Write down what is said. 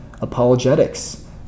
apologetics